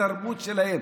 בתרבות שלהם,